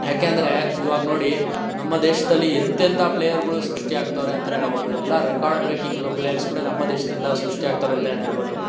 ಯಾಕೆಂದರೆ ಇವಾಗ ನೋಡಿ ನಮ್ಮ ದೇಶದಲ್ಲಿ ಎಂಥೆಂಥ ಪ್ಲೇಯರ್ಗಳು ಸೃಷ್ಟಿಯಾಗ್ತವ್ರೆ ಅಂತಲೇ ಹೇಳ್ಬೋದು ಎಲ್ಲ ರೆಕಾರ್ಡ್ ಬ್ರೇಕಿಂಗ್ ಪ್ಲೇಯರ್ಸ್ಗಳು ನಮ್ಮ ದೇಶದಿಂದ ಸೃಷ್ಟಿಯಾಗ್ತವ್ರೆ ಅಂತಲೇ ಹೇಳ್ಬೋದು